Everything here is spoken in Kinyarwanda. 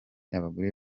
abagore